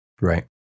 Right